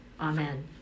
Amen